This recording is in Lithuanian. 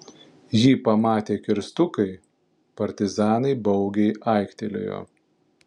jį pamatę kirstukai partizanai baugiai aiktelėjo